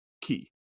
key